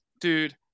dude